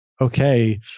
okay